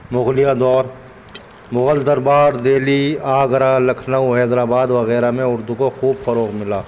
مغلیہ دور مغل دربار دہلی آگرہ لکھنؤ حیدر آباد وغیرہ میں اردو کو خوب فروغ ملا